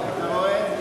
אתה רואה?